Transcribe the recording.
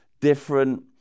different